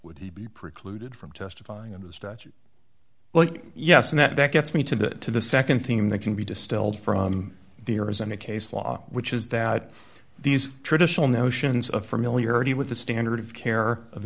would he be precluded from testifying under the statute well yes and that gets me to the to the nd thing that can be distilled from the arizona case law which is that these traditional notions of familiarity with the standard of care of